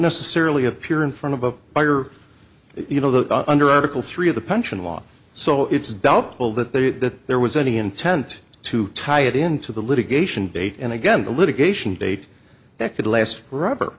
necessarily appear in front of a buyer you know that under article three of the pension law so it's doubtful that there that there was any intent to tie it into the litigation date and again the litigation date that could last